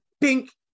pink